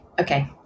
Okay